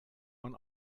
man